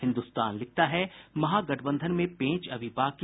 हिन्दुस्तान लिखता है महागठबंधन में पेंच अभी बाकी